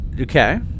Okay